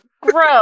Gross